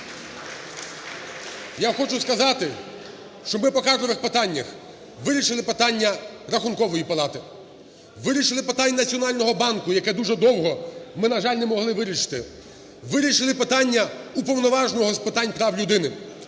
Я хочу сказати, що ми по кадрових питаннях вирішили питання Рахункової палати, вирішили питання Національного банку, яке дуже довго ми, на жаль, не могли вирішити, вирішили питання Уповноваженого з питань прав людини.